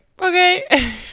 okay